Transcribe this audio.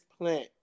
plant